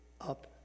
up